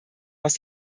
aus